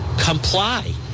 comply